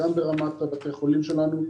גם ברמת בתי החולים שלנו,